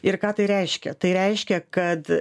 ir ką tai reiškia tai reiškia kad